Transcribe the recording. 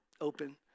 open